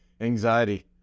anxiety